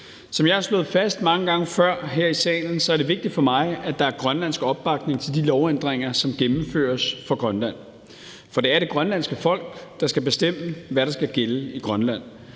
Som jeg har slået fast mange gange før her i salen, er det vigtigt for mig, at der er grønlandsk opbakning til de lovændringer, som gennemføres for Grønland. For det er det grønlandske folk, der skal bestemme, hvad der skal gælde i Grønland.